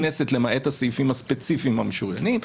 הכנסת למעט הסעיפים הספציפיים המשוריינים,